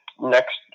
next